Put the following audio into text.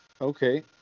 Okay